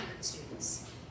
students